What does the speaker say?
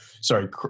Sorry